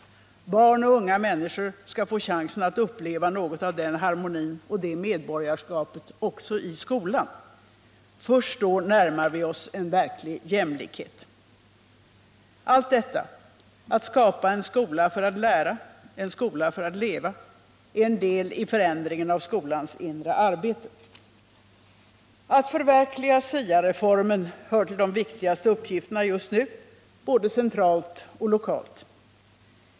Barn och unga människor skall få chansen att uppleva något av den harmonin och det medborgarskapet också i skolan. Först då närmar vi oss en verklig jämlikhet. Allt detta —-att skapa en skola för att lära och en skola för att leva —-är en del i förändringen av skolans inre arbete. Att förverkliga SIA-reformen hör till de viktigaste uppgifterna just nu, både centralt och lokalt.